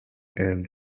and